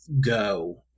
go